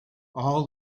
all